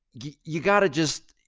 you gotta just,